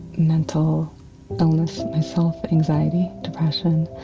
mental illness myself, anxiety, depression,